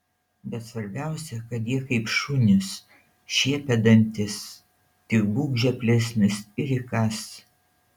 bet svarbiausia kad jie kaip šunys šiepia dantis tik būk žioplesnis ir įkąs